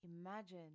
Imagine